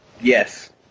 Yes